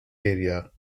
area